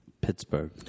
Pittsburgh